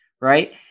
right